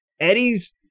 Eddie's